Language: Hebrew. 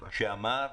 שאמר: